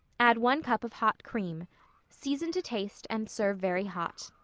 add one cup of hot cream season to taste and serve very hot.